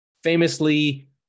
famously